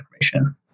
information